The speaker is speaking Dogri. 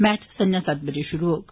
मैच संजा सत्त बजे श्रू होग